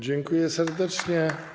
Dziękuję serdecznie.